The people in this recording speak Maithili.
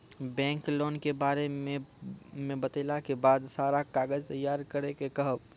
बैंक लोन के बारे मे बतेला के बाद सारा कागज तैयार करे के कहब?